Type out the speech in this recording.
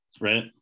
Right